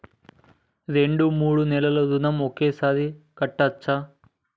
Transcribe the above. రెండు మూడు నెలల ఋణం ఒకేసారి కట్టచ్చా?